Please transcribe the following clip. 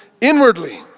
inwardly